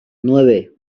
nueve